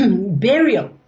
burial